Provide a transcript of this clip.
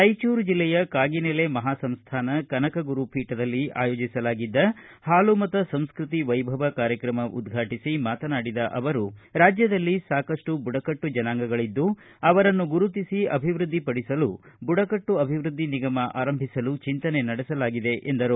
ರಾಯಚೂರು ಜಿಲ್ಲೆಯ ಕಾಗಿನಲೆ ಮಹಾಸಂಸ್ಥಾನ ಕನಕಗುರು ಪೀಠದಲ್ಲಿ ಆಯೋಜಿಸಲಾಗಿದ್ದ ಹಾಲುಮತ ಸಂಸ್ಕೃತಿ ವೈಭವ ಕಾರ್ಯಕ್ರಮ ಉದ್ಘಾಟಿಸಿ ಮಾತನಾಡಿದ ಅವರು ರಾಜ್ಯದಲ್ಲಿ ಸಾಕಷ್ಟು ಬುಡಕಟ್ಟು ಜನಾಂಗಗಳಿದ್ದು ಅವರನ್ನು ಗುರುತಿಸಿ ಅಭಿವೃದ್ಧಿಪಡಿಸಲು ಬುಡಕಟ್ಟು ಅಭಿವೃದ್ಧಿ ನಿಗಮ ಆರಂಭಿಸಲು ಚಿಂತನೆ ನಡೆಸಲಾಗಿದೆ ಎಂದರು